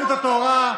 וביהדות התורה,